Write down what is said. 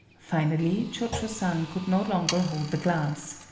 finally cho-cho-san could no longer hold the glass.